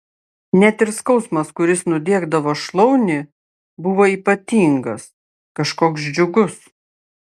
net ir skausmas kuris nudiegdavo šlaunį buvo ypatingas kažkoks džiugus